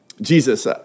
Jesus